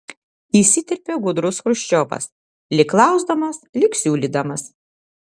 įsiterpė gudrus chruščiovas lyg klausdamas lyg siūlydamas